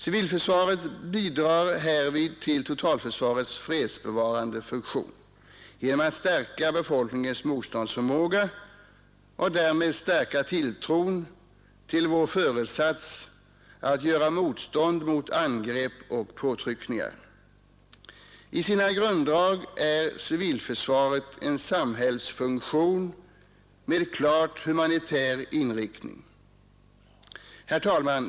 Civilförsvaret bidrar härvid till totalförsvarets fredsbevarande funktion genom att stärka befolkningens motståndsförmåga och därmed stärka tilltron till vår föresats att göra motstånd mot angrepp och påtryckningar. I sina grunddrag är civilförsvaret en samhällsfunktion med klart humanitär inriktning. Herr talman!